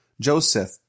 Joseph